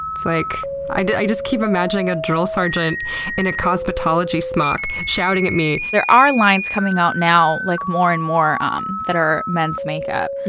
like i just keep imagining a drill sergeant in a cosmetology smock shouting at me. there are lines coming out now like more and more um that are men's makeup,